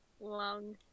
long